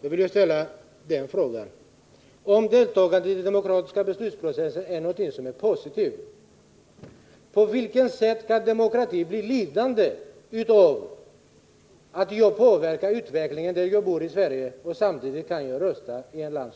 Jag vill då ställa frågan: Om deltagande i den demokratiska beslutsprocessen är någonting positivt, på Nr 51 vilket sätt kan demokratin bli lidande av att jag påverkar utvecklingen där jag Torsdagen den bor, alltså i Sverige, och samtidigt kan rösta i t.ex. Grekland?